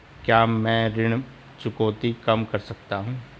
क्या मैं ऋण चुकौती कम कर सकता हूँ?